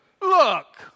look